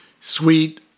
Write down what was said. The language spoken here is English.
sweet